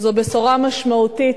זו בשורה משמעותית